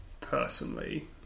personally